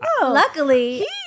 luckily